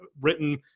written